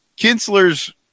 Kinsler's